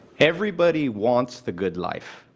everybody wants the good life,